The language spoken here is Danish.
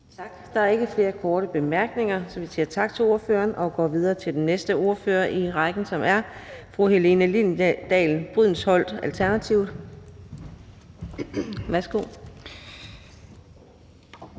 Tak. Der er ikke flere korte bemærkninger, så vi siger tak til ordføreren og går videre til næste ordfører i rækken, som er fru Helene Liliendahl Brydensholt, Alternativet. Værsgo.